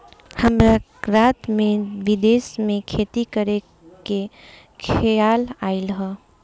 हमरा रात में विदेश में खेती करे के खेआल आइल ह